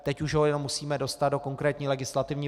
Teď už ho jenom musíme dostat do konkrétní legislativy.